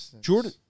Jordan